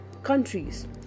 countries